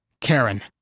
Karen